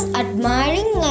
admiring